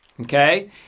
Okay